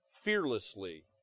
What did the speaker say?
fearlessly